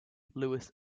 lewis